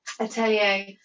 atelier